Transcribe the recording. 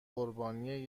قربانی